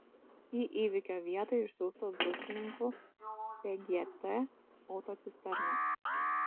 į įvykio vietą išsiųstos druskininkų pgt autocisternos